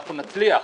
אנחנו נצליח.